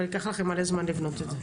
אבל ייקח לכם מלא זמן לבנות את זה.